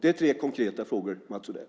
Det är tre konkreta frågor, Mats Odell.